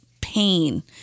pain